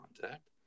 contact